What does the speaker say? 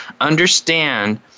understand